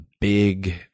big